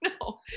No